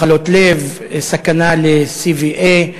מחלות לב, סכנה ל-CVA,